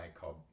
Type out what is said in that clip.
called